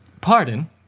Pardon